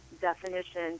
definition